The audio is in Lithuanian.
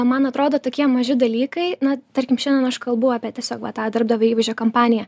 man atrodo tokie maži dalykai na tarkim šiandien aš kalbu apie tiesiog vat tą darbdavio įvaizdžio kampaniją